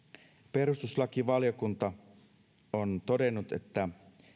perustuslakivaliokunta on todennut että